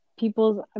people's